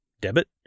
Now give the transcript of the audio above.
debit